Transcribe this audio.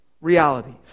realities